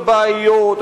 הבעיות,